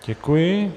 Děkuji.